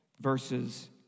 verses